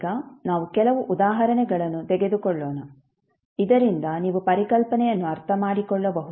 ಈಗ ನಾವು ಕೆಲವು ಉದಾಹರಣೆಗಳನ್ನು ತೆಗೆದುಕೊಳ್ಳೋಣ ಇದರಿಂದ ನೀವು ಪರಿಕಲ್ಪನೆಯನ್ನು ಅರ್ಥಮಾಡಿಕೊಳ್ಳಬಹುದು